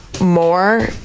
more